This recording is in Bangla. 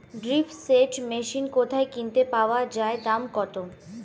ড্রিপ সেচ মেশিন কোথায় কিনতে পাওয়া যায় দাম কত?